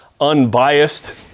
unbiased